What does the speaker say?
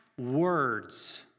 words